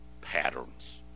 patterns